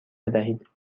بدهید